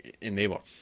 enable